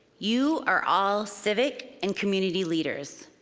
you are all civic and community leaders.